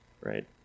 right